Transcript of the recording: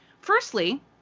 firstly